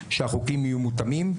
שהחוקים יהיו מותאמים.